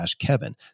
kevin